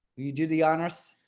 you do the honors.